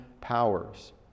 powers